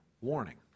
warning